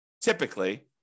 typically